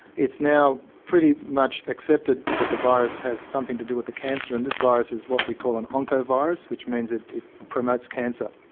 it's now pretty much accepted that the virus has something to do with the cancer and this virus is what we call an oncovirus, which means it it promotes cancer.